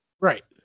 Right